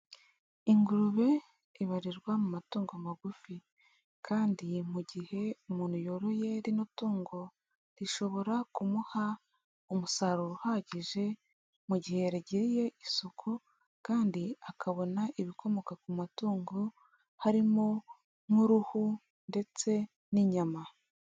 Ingurube ibarirwa mu matungo magufi, kandi mu gihe umuntu yoroye rino tungo, rishobora kumuha umusaruro uhagije, mu gihe yagiriye isuku, kandi akabona ibikomoka ku matungo, harimo nk'uruhu ndetse n'inyama.